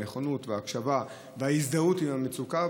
והנכונות וההקשבה וההזדהות עם המצוקה,